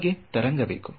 ನಿಮಗೆ ತರಂಗ ಬೇಕು